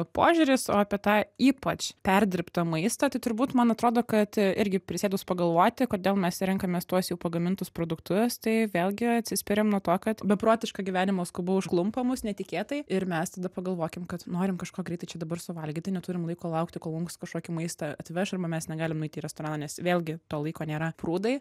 požiūris o apie tą ypač perdirbtą maistą tai turbūt man atrodo kad irgi prisėdus pagalvoti kodėl mes renkamės tuos jau pagamintus produktus tai vėlgi atsispiriam nuo to kad beprotiška gyvenimo skuba užklumpa mus netikėtai ir mes tada pagalvokim kad norim kažko greitai čia dabar suvalgyti neturim laiko laukti kol mums kažkokį maistą atveš arba mes negalim nueit į restoraną nes vėlgi to laiko nėra prūdai